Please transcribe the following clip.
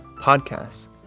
podcasts